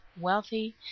wealthy